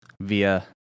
via